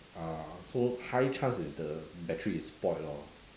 ah so high chance is the battery is spoilt lor